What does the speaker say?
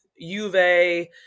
Juve